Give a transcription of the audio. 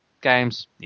Games